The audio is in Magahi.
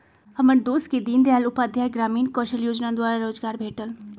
हमर दोस के दीनदयाल उपाध्याय ग्रामीण कौशल जोजना द्वारा रोजगार भेटल